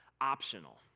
optional